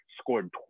scored